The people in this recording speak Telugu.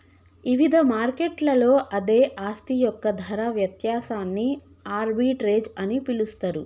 ఇవిధ మార్కెట్లలో అదే ఆస్తి యొక్క ధర వ్యత్యాసాన్ని ఆర్బిట్రేజ్ అని పిలుస్తరు